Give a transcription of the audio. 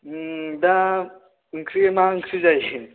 दा ओंख्रि मा ओंख्रि जायोसै